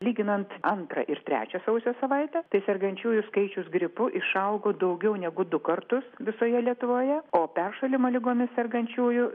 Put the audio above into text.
lyginant antrą ir trečią sausio savaitę tai sergančiųjų skaičius gripu išaugo daugiau negu du kartus visoje lietuvoje o peršalimo ligomis sergančiųjų